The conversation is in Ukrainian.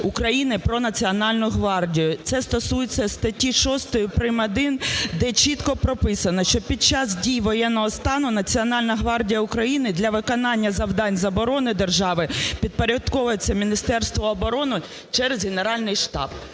України "Про Національну гвардію". Це стосується статті 6 прим. 1, де чітко прописано, що під час дії воєнного стану Національна гвардія України для виконання завдань з оборони держави підпорядковується Міністерству оборони через Генеральний штаб.